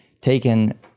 taken